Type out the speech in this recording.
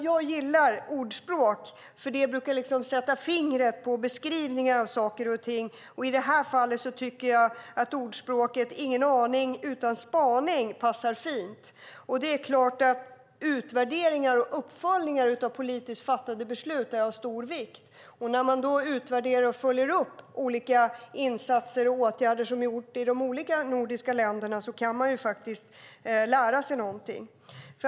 Jag gillar talesätt, för de brukar sätta fingret på saker och ting. I detta fall tycker jag att talesättet "Ingen aning utan spaning" passar fint. Utvärderingar och uppföljningar av politiskt fattade beslut är av stor vikt. När man utvärderar och följer upp olika insatser och åtgärder som har vidtagits i de olika nordiska länderna kan man ju lära sig något.